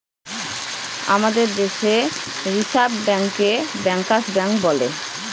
আমাদের দেশে রিসার্ভ ব্যাঙ্কে ব্যাঙ্কার্স ব্যাঙ্ক বলে